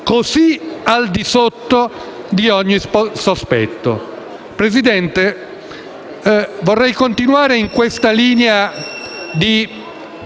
così al di sotto di ogni sospetto. Presidente, vorrei continuare in questa linea di